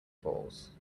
balls